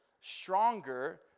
stronger